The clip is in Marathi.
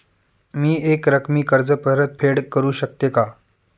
मी एकरकमी कर्ज परतफेड करू शकते का?